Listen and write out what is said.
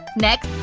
next,